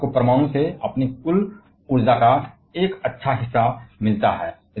France को परमाणु से उनकी कुल ऊर्जा का एक अच्छा हिस्सा मिलता है